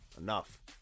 enough